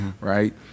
right